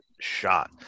shot